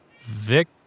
Vic